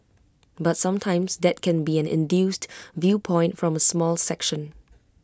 but sometimes that can be an induced viewpoint from A small section